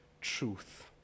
truth